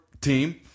team